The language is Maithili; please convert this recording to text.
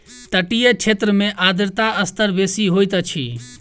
तटीय क्षेत्र में आर्द्रता स्तर बेसी होइत अछि